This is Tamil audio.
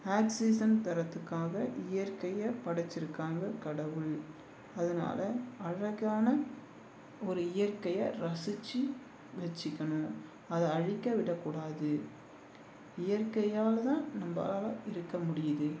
ஆக்சிஜன் தரதுக்காக இயற்கையை படைச்சிருக்காங்க கடவுள் அதனால அழகான ஒரு இயற்கையை ரசிச்சு வெச்சுக்கணும் அதை அழிக்க விடக்கூடாது இயற்கையால் தான் நம்பளால் இருக்க முடியுது